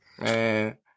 man